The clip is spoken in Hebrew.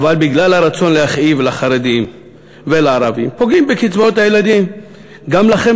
אבל בגלל הרצון להכאיב לחרדים ולערבים פוגעים בקצבאות הילדים גם לכם,